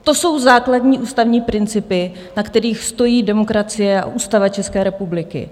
To jsou základní ústavní principy, na kterých stojí demokracie a Ústava České republiky.